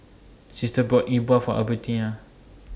Sister bought E Bua For Albertina